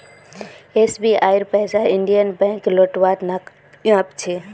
एसबीआईर पैसा Indian Bank लौटव्वात नाकामयाब छ